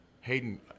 Hayden